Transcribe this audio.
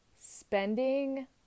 spending